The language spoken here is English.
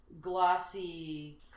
glossy